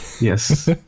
Yes